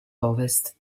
ovest